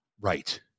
right